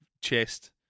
chest